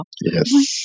Yes